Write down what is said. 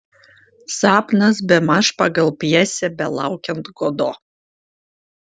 sapnas bemaž pagal pjesę belaukiant godo